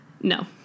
No